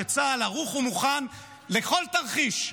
שצה"ל ערוך ומוכן לכל תרחיש.